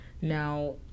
Now